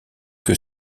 que